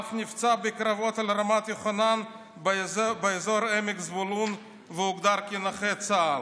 ואף נפצע בקרבות על רמת יוחנן באזור עמק זבולון והוגדר כנכה צה"ל.